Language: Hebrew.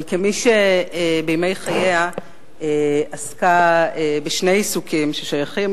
אבל כמי שבימי חייה עסקה בשני עיסוקים ששייכים